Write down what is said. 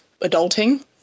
adulting